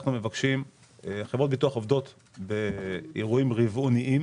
חברות הביטוח עובדות באירועים רבעוניים